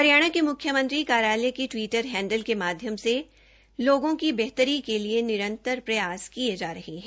हरियाणा के मुख्यमंत्री कार्यालय के टिवटर हैंडल के माध्यम से लोगों की बेहतरी के लिए निरन्तर प्रयास किए जा रहे हैं